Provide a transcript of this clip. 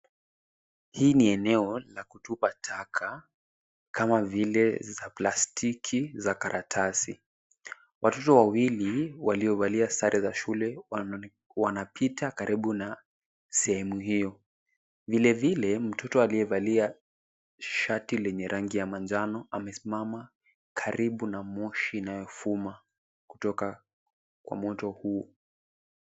Hili ni eneo la kutupa taka kama vile za karatasi za plastiki. Watoto wawili waliovalia sare za shule wanapita karibu na sehemu hiyo, vile vile mtoto aliyevalia shati lenye rangi ya njano amesimama karibu na moshi inayofuma kutoka kwa moto huu.